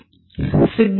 D 2 B